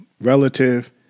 relative